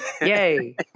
Yay